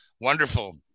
Wonderful